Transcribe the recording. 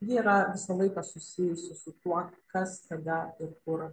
ji yra laikas susijusi su tuo kas kada ir kur